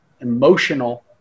emotional